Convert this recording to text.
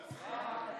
סעיפים 1